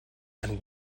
and